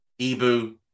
Ebu